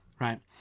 right